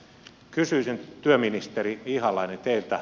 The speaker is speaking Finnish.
kysyisin työministeri ihalainen teiltä